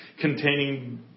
containing